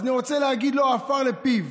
אז אני רוצה להגיד לו: עפר לפיו.